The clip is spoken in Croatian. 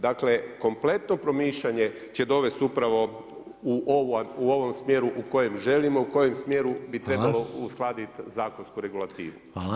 Dakle, kompletno promišljanje će dovesti upravo u ovom smjeru u kojem želimo u kojem smjeru bi trebalo uskladiti zakonsku regulativu.